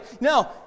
No